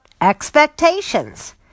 expectations